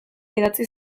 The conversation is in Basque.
idatzi